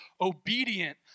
obedient